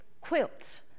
quilts